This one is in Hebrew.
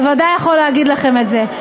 בוודאי יכול להגיד לכם את זה.